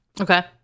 Okay